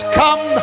come